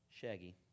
shaggy